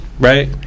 right